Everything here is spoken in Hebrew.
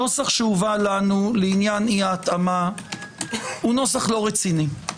הנוסח שהובא לנו לעניין אי ההתאמה אינו רציני.